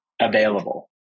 available